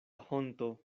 honto